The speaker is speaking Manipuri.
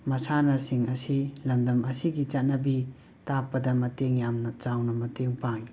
ꯃꯥꯁꯥꯟꯅꯁꯤꯡ ꯑꯁꯤ ꯂꯝꯗꯝ ꯑꯁꯤꯒꯤ ꯆꯠꯅꯕꯤ ꯇꯥꯛꯄꯗ ꯃꯇꯦꯡ ꯌꯥꯝꯅ ꯆꯥꯎꯅ ꯃꯇꯦꯡ ꯄꯥꯡꯏ